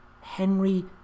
Henry